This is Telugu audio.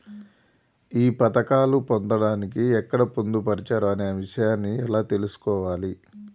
ఈ పథకాలు పొందడానికి ఎక్కడ పొందుపరిచారు అనే విషయాన్ని ఎలా తెలుసుకోవాలి?